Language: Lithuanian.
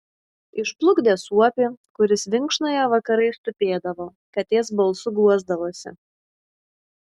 išplukdė suopį kuris vinkšnoje vakarais tupėdavo katės balsu guosdavosi